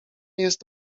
jest